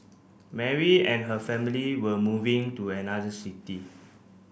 Mary and her family were moving to another city